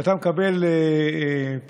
את אוהבת גימטריות,